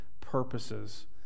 purposes